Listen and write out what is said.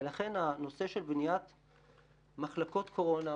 ולכן הנושא של בניית מחלקות קורונה,